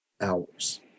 hours